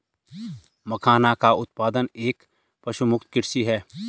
मखाना का उत्पादन एक पशुमुक्त कृषि है